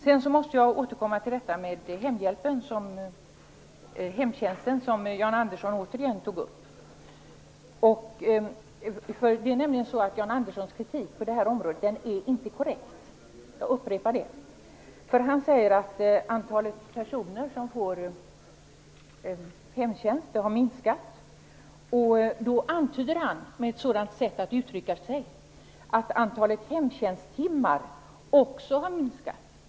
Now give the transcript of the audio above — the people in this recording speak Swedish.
Sedan måste jag återkomma till frågan om hemtjänsten, som Jan Andersson återigen tog upp. Jan Anderssons kritik på detta område är inte korrekt. Jag upprepar det. Han säger att antalet personer som får hemtjänst har minskat. Han antyder med ett sådant sätt att uttrycka sig att antalet hemtjänsttimmar också har minskat.